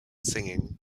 singing